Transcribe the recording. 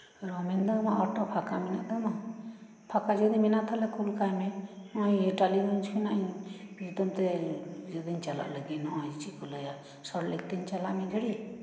ᱨᱚᱢᱮᱱ ᱫᱟ ᱟᱢᱟᱜ ᱚᱴᱚ ᱯᱷᱟᱸᱠᱟ ᱢᱮᱱᱟᱜ ᱛᱟᱢᱟ ᱯᱷᱟᱸᱠᱟ ᱡᱩᱫᱤ ᱢᱮᱱᱟᱜᱼᱟ ᱛᱟᱞᱦᱮ ᱠᱳᱞ ᱠᱟᱭ ᱢᱮ ᱱᱚᱜ ᱚᱭ ᱴᱟᱞᱤᱜᱚᱸᱡᱽ ᱠᱷᱚᱱᱟᱜ ᱤᱧ ᱢᱤᱫ ᱫᱷᱚᱢ ᱛᱮ ᱤᱭᱟᱹ ᱛᱮᱧ ᱪᱟᱞᱟᱜ ᱞᱟᱜᱤᱫ ᱱᱚᱜ ᱚᱭ ᱪᱮᱫ ᱠᱚ ᱞᱟᱹᱭᱟ ᱥᱚᱴᱞᱮᱠ ᱛᱮᱧ ᱪᱟᱞᱟᱜᱼᱟ ᱢᱤᱫ ᱜᱷᱟᱲᱤᱡ